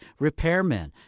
repairmen